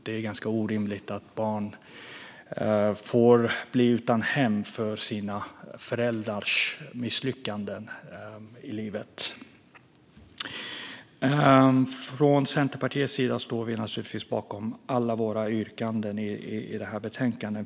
Det är ganska orimligt att barn blir av med sina hem på grund av föräldrarnas misslyckanden i livet. Vi från Centerpartiet står naturligtvis bakom alla våra yrkanden i detta betänkande.